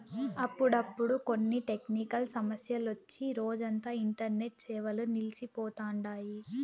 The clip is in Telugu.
అప్పుడప్పుడు కొన్ని టెక్నికల్ సమస్యలొచ్చి రోజంతా ఇంటర్నెట్ సేవలు నిల్సి పోతండాయి